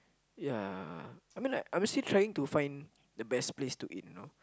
ya I mean like obviously trying to find the best place to eat you know